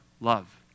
love